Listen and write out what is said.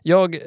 Jag